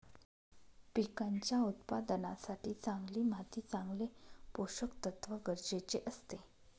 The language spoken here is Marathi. पिकांच्या उत्पादनासाठी चांगली माती चांगले पोषकतत्व गरजेचे असते